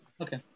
Okay